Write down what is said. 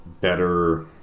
better